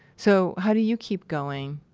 so, how do you keep going?